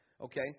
Okay